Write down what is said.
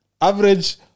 Average